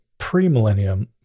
pre-millennium